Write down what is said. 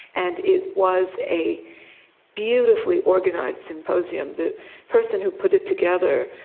and it was a beautifully organised symposium. the person who put it together,